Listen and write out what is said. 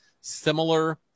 similar